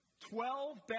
Twelve